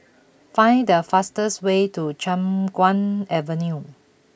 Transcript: find the fastest way to Chiap Guan Avenue